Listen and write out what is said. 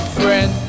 friend